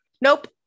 Nope